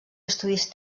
estudis